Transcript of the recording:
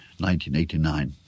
1989